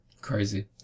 crazy